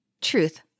Truth